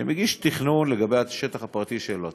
שמגיש תכנון לגבי השטח הפרטי של עצמו,